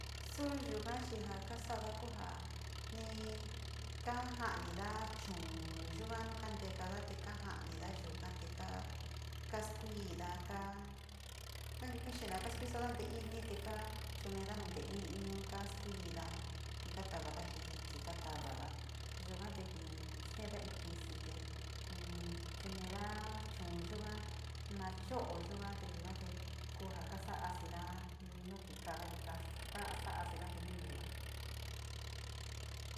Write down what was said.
Suu yuga chii ja kasaada ku ja ni kaaja’anida chuun yuga nu kantegada te kajanida yukate, kaskuida kan kixida kanskisida tee i´ini ka chu´unade tee ni´iniun kas kuida katavada jiti katavada yuga te ki steede in kisi te nchunida chuun yuga nacho´o yuga, yugarte kuu ja ka saasida nu ki kada sa´a asida nte minu nu yuga.